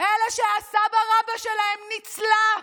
אלה שהסבא-רבא שלהם נצלה,